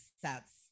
sets